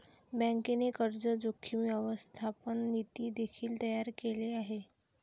बँकेने कर्ज जोखीम व्यवस्थापन नीती देखील तयार केले आहे